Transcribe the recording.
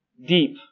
deep